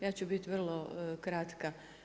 Ja ću biti vrlo kratka.